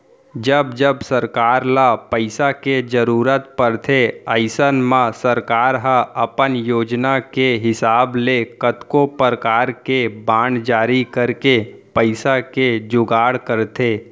जब जब सरकार ल पइसा के जरूरत परथे अइसन म सरकार ह अपन योजना के हिसाब ले कतको परकार के बांड जारी करके पइसा के जुगाड़ करथे